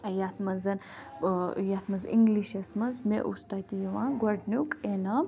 یَتھ منٛز ٲں یَتھ منٛز اِنٛگلِشَس منٛز مےٚ اوٗس تَتہِ یِوان گۄڈٕنیُک انعام